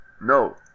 No